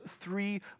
three